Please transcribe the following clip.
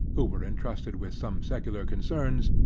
who were entrusted with some secular concerns,